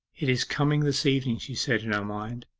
it is coming this evening she said in her mind.